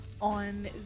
on